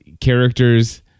characters